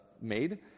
made